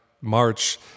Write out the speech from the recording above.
march